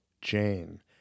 Jane